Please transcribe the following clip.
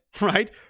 right